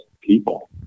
people